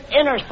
Inner